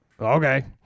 okay